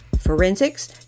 forensics